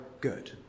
good